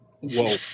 Whoa